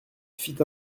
fit